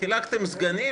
חילקתם סגנים.